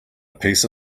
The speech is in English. piece